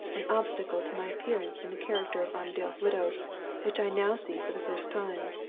an obstacle to my appearance in the character of armadale's widow which i now see for the first time.